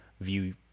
view